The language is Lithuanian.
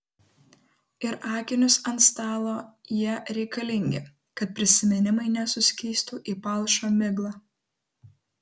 ir akinius ant stalo jie reikalingi kad prisiminimai nesuskystų į palšą miglą